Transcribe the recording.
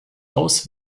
aus